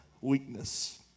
weakness